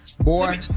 Boy